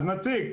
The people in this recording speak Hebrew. אז נציג,